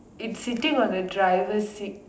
it's siting on the driver seat